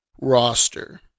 roster